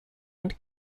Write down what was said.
und